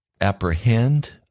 apprehend